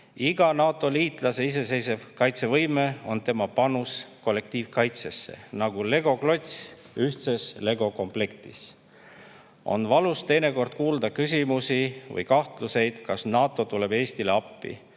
Iga NATO-liitlase iseseisev kaitsevõime on tema panus kollektiivkaitsesse, nagu legoklots ühtses legokomplektis. On valus teinekord kuulda küsimusi või kahtlusi, kas NATO tuleb Eestile appi.